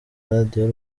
radio